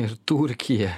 ir turkija